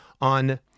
on